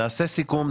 נעשה סיכום,